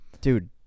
dude